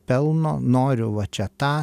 pelno noriu va čia tą